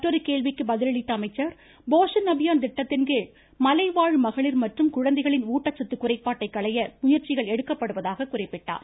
மற்றொரு கேள்விக்கு பதிலளித்த அவர் போஷன் அபியான் திட்டத்தின்கீழ் மலைவாழ் மகளிர் மற்றும் குழந்தைகளின் ஊட்டச்சத்து குறைபாட்டைக் களைய முயற்சிகள் எடுக்கப்படுவதாக குறிப்பிட்டார்